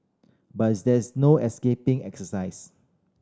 but is there is no escaping exercise